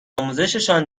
آموزششان